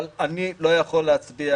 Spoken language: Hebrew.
אבל אני לא יכול להצביע